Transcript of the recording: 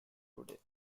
today